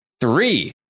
three